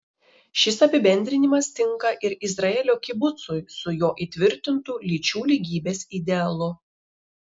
šis apibendrinimas tinka ir izraelio kibucui su jo įtvirtintu lyčių lygybės idealu